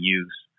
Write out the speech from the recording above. use